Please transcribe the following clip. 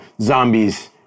zombies